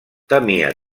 temia